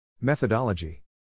Methodology